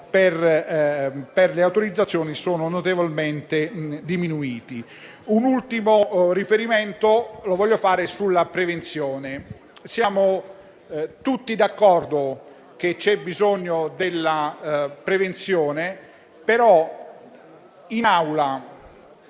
per le autorizzazioni sono notevolmente diminuiti. Un ultimo riferimento voglio farlo sulla prevenzione. Siamo tutti d'accordo che vi sia bisogno di prevenzione, ma dire in Aula,